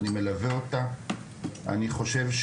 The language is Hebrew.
אני מלווה את התוכנית ואני חושב,